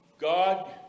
God